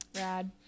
Rad